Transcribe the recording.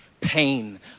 pain